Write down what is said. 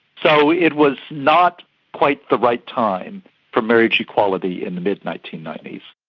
so it was not quite the right time for marriage equality in the mid nineteen ninety s.